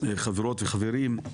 חברות וחברים.